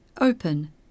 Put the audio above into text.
Open